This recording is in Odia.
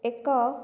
ଏକ